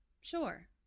sure